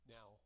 Now